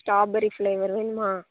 strawberry flavour வேணுமா